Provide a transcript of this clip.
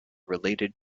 related